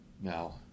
Now